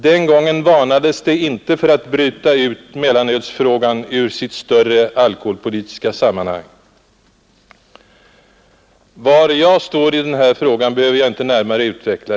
Den gången varnades det inte för att bryta ut mellanölsfrågan ur sitt större alkoholpolitiska sammanhang. Var jag står i den här frågan behöver jag inte närmare utveckla.